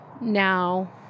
now